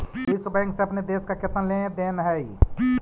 विश्व बैंक से अपने देश का केतना लें देन हई